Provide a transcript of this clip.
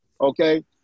okay